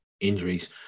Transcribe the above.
injuries